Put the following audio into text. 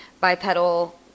bipedal